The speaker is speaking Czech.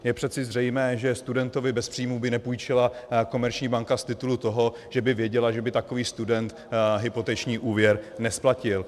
Je přece zřejmé, že studentovi bez příjmů by nepůjčila komerční banka z titulu toho, že by věděla, že by takový student hypoteční úvěr nesplatil.